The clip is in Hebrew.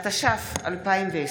התש"ף 2020,